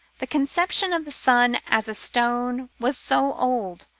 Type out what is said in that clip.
the con ception of the sun as a stone was so old,